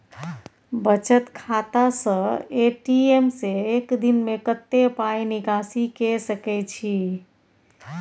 बचत खाता स ए.टी.एम से एक दिन में कत्ते पाई निकासी के सके छि?